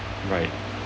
right